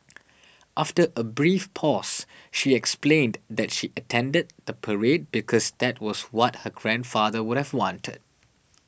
after a brief pause she explained that she attended the parade because that was what her grandfather would have wanted